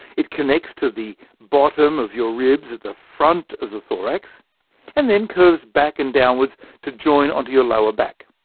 it connects to the bottom of your ribs at the front of the thorax and then it curves back and downwards to join onto your lower back.